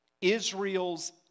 Israel's